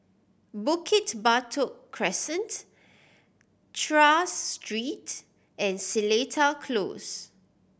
Bukit Batok Crescent Tras Street and Seletar Close